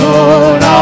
Lord